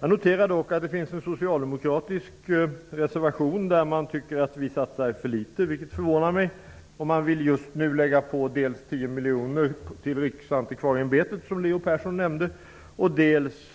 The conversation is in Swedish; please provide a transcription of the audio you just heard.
Jag noterar dock att det finns en socialdemokratisk reservation där man tycker att vi satsar för litet, vilket förvånar mig. Man vill nu dels lägga på 10 Persson nämnde, dels